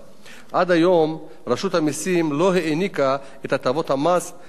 עד היום רשות המסים לא העניקה את הטבות המס במצבים